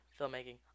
Filmmaking